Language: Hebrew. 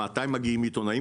מתי מגיעים עיתונאים?